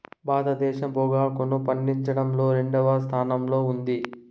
భారతదేశం పొగాకును పండించడంలో రెండవ స్థానంలో ఉంది